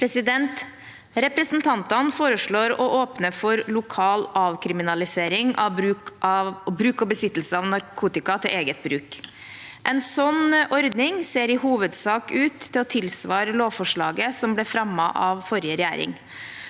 Representante- ne foreslår å åpne for lokal avkriminalisering av bruk og besittelse av narkotika til eget bruk. En slik ordning ser i hovedsak ut til å tilsvare lovforslaget som ble fremmet av forrige regjering.